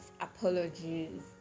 apologies